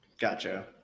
Gotcha